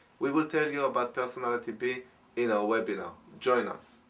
we will tell you about personality b in our webinar join us.